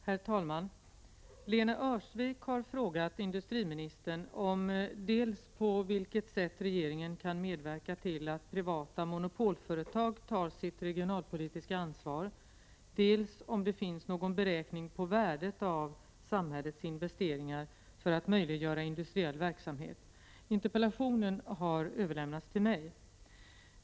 Herr talman! Lena Öhrsvik har frågat industriministern dels på vilket sätt regeringen kan medverka till att privata monopolföretag tar sitt regionalpolitiska ansvar, dels om det finns någon beräkning på värdet av samhällets investeringar för att möjliggöra industriell verksamhet. Interpellationen har överlämnats till mig.